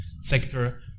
sector